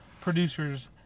producers